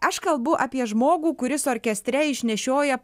aš kalbu apie žmogų kuris orkestre išnešioja